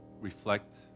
reflect